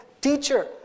teacher